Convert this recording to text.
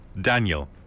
Daniel